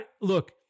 look